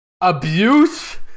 abuse